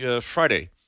Friday